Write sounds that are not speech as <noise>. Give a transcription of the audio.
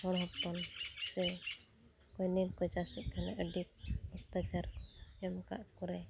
ᱦᱚᱲ ᱦᱚᱯᱚᱱ ᱥᱮ <unintelligible> ᱪᱟᱥᱮᱫ ᱛᱟᱦᱮᱱ ᱟᱹᱰᱤ ᱚᱛᱛᱟᱪᱟᱨᱠᱚ ᱮᱢᱠᱟᱜ ᱠᱚᱨᱮ